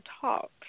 talk